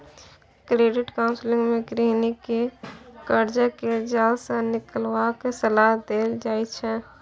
credit counselling मे गहिंकी केँ करजा केर जाल सँ निकलबाक सलाह देल जाइ छै